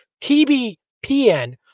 TBPN